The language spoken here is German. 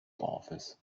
dorfes